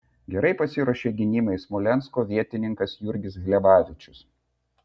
gerai pasiruošė gynybai smolensko vietininkas jurgis hlebavičius